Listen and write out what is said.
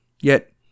Yet